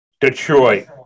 Detroit